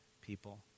people